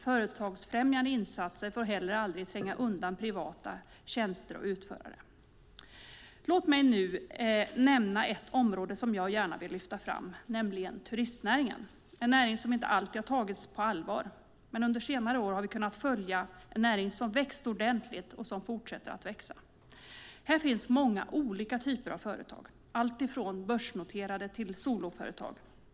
Företagsfrämjande insatser får heller aldrig tränga undan privata tjänster och utförare. Låt mig nu nämna ett område som jag gärna vill lyfta fram, nämligen turistnäringen, en näring som inte alltid har tagits på allvar. Men under senare år har vi kunnat följa en näring som växt ordentligt och som fortsätter att växa. Här finns många olika typer av företag, allt ifrån börsnoterade företag till soloföretag.